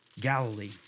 Galilee